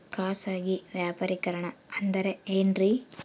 ಖಾಸಗಿ ವ್ಯಾಪಾರಿಕರಣ ಅಂದರೆ ಏನ್ರಿ?